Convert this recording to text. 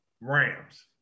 Rams